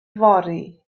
fory